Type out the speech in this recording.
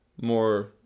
more